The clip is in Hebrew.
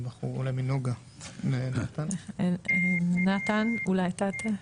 נתן, אולי אתה יודע?